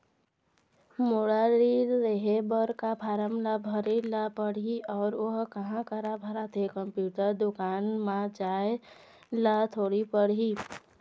मोला ऋण लेहे बर का फार्म ला भरे ले पड़ही अऊ ओहर कहा करा भराथे, कंप्यूटर दुकान मा जाए ला थोड़ी पड़ही?